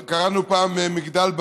קראנו לזה פעם מגדל בבל,